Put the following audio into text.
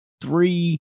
Three